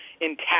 intact